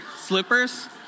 Slippers